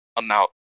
amount